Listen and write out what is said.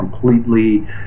completely